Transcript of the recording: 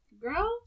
Girl